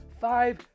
five